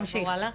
לעבור הלאה.